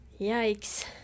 Yikes